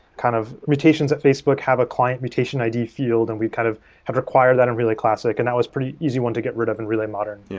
kind of mutations at facebook have a client mutation id field and we kind of have acquired that on and relay classic, and that was pretty easy one to get rid of and relay modern. yeah